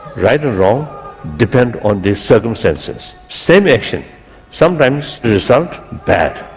right or wrong depends on the circumstances. same action sometimes the result bad,